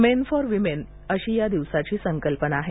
main for women अशी या दिवसाची संकल्पना आहे